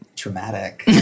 Traumatic